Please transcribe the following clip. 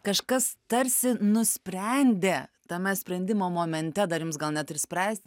kažkas tarsi nusprendė tame sprendimo momente dar jums gal net ir spręst